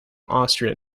austrian